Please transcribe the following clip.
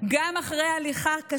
בואו נעשה מה שהם אומרים ויהיה בסדר.